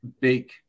big